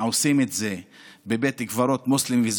עושים את זה בבית קברות מוסלמי,